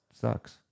sucks